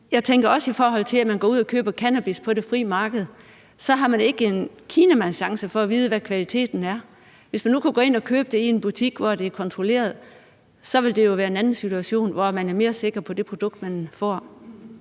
jeg tænker også, at man i forhold til, at man går ud og køber cannabis på det frie marked, så ikke har en kinamands chance for at vide, hvad kvaliteten er, og hvis man nu kunne gå ind og købe det i en butik, hvor det er kontrolleret, så vil det jo være en anden situation, hvor man er mere sikker på det produkt, man får.